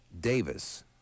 Davis